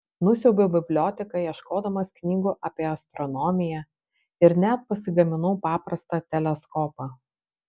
nusiaubiau biblioteką ieškodamas knygų apie astronomiją ir net pasigaminau paprastą teleskopą